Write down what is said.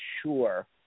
sure